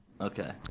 Okay